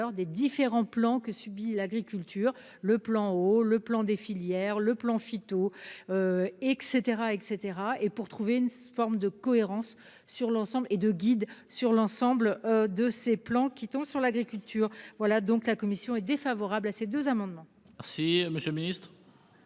des différents plans que subit l'agriculture le plan au le plan des filières le plan phyto. Et cetera et cetera et pour trouver une forme de cohérence sur l'ensemble et de guides sur l'ensemble de ces plans qui tombe sur l'agriculture. Voilà donc la commission est défavorable à ces deux amendements. Si Monsieur le ministre.